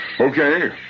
Okay